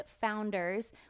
founders